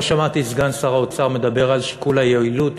לא שמעתי את סגן שר האוצר מדבר על שיקול היעילות